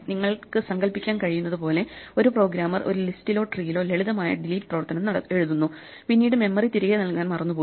നിങ്ങൾക്ക് സങ്കൽപ്പിക്കാൻ കഴിയുന്നതുപോലെ ഒരു പ്രോഗ്രാമർ ഒരു ലിസ്റ്റിലോ ട്രീയിലോ ലളിതമായ ഡിലീറ്റ് പ്രവർത്തനം എഴുതുന്നു പിന്നീട് മെമ്മറി തിരികെ നൽകാൻ മറന്നുപോയി